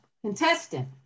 Contestant